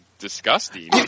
disgusting